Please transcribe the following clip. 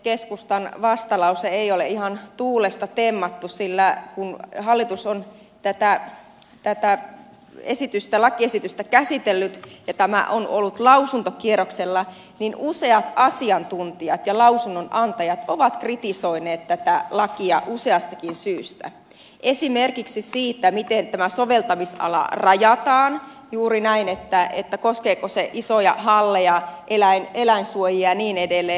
keskustan vastalause ei ole ihan tuulesta temmattu sillä kun hallitus on tätä esitystä lakiesitystä käsitellyt ja tämä on ollut lausuntokierroksella niin useat asiantuntijat ja lausunnonantajat ovat kritisoineet tätä lakia useastakin syystä esimerkiksi juuri siitä miten tämä soveltamisala rajataan koskeeko se isoja halleja eläinsuojia ja niin edelleen